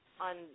on